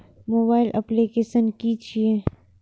Mobile application कि छै?